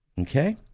Okay